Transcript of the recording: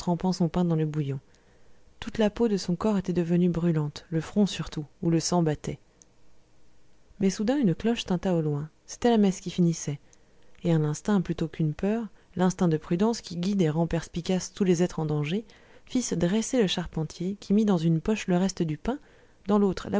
son pain dans le bouillon toute la peau de son corps était devenue brûlante le front surtout où le sang battait mais soudain une cloche tinta au loin c'était la messe qui finissait et un instinct plutôt qu'une peur l'instinct de prudence qui guide et rend perspicaces tous les êtres en danger fit se dresser le charpentier qui mit dans une poche le reste du pain dans l'autre